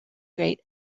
great